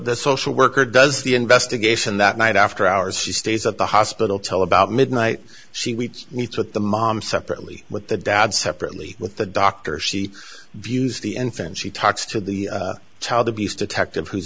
the social worker does the investigation that night after hours she stays at the hospital tell about midnight she needs with the mom separately with the dad separately with the doctor she views the infant she talks to the child abuse detective who